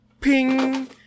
ping